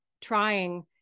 trying